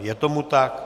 Je tomu tak.